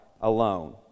alone